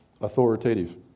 authoritative